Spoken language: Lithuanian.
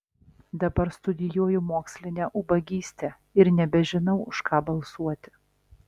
dabar studijuoju mokslinę ubagystę ir nebežinau už ką balsuoti